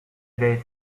vais